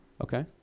Okay